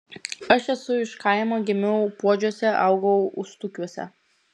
aš esu iš kaimo gimiau puodžiuose augau ustukiuose